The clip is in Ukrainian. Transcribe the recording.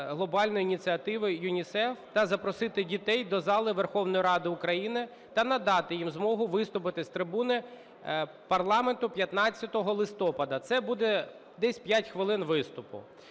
глобальної ініціативи ЮНІСЕФ та запросити дітей до залу Верховної Ради України та надати їм змогу виступити з трибуни парламенту 15 листопада. Це буде десь 5 хвилин виступу.